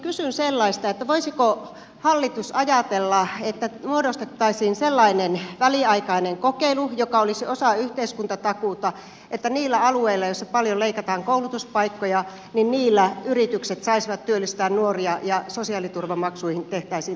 kysyn sellaista että voisiko hallitus ajatella että muodostettaisiin sellainen väliaikainen kokeilu joka olisi osa yhteiskuntatakuuta että niillä alueilla joissa paljon leikataan koulutuspaikkoja yritykset saisivat työllistää nuoria ja sosiaaliturvamaksuihin tehtäisiin alennus